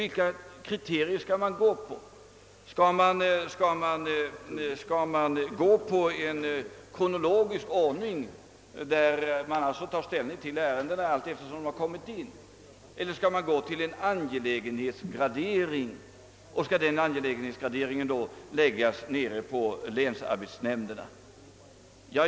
Vilka kriterier skall man gå efter? Skall man tillämpa en kronologisk ordning och alltså ta ställning till ärendena allteftersom de kommer in eller skall det ske en angelägenhetsgradering och skall då den angelägenhetsgraderingen göras nere på länsarbetsnämnderna?